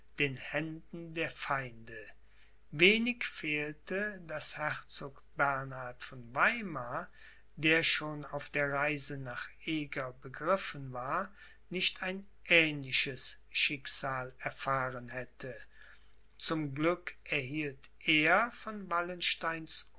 den händen der feinde wenig fehlte daß herzog bernhard von weimar der schon auf der reise nach eger begriffen war nicht ein ähnliches schicksal erfahren hätte zum glück erhielt er von